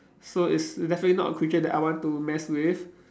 so it's definitely not a creature that I want to mess with